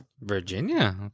Virginia